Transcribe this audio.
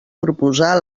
proposar